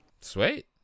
Sweet